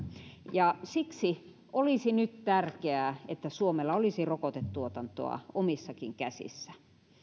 siksi olisi nyt tärkeää että suomella olisi rokotetuotantoa omissakin käsissä